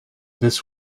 this